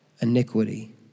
Iniquity